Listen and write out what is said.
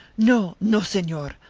no, no, senor,